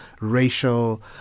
racial